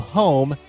home